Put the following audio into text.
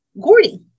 Gordy